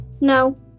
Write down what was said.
No